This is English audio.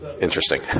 interesting